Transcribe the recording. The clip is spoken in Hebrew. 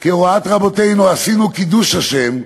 כהוראת רבותינו, עשינו קידוש השם,